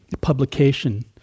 publication